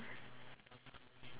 ya